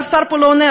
אף שר פה לא עונה,